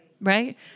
right